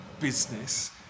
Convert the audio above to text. business